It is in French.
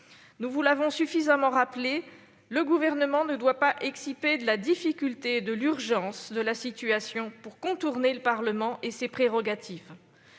Nous vous l'avons suffisamment rappelé, madame la secrétaire d'État : le Gouvernement ne doit pas exciper de la difficulté et de l'urgence de la situation pour contourner le Parlement et ses prérogatives.